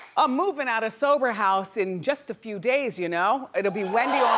ah moving out of sober house in just a few days, you know? it'll be wendy